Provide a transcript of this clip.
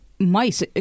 Mice